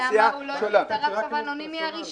למה הוא לא הטעין את הרב קו האנונימי הראשון?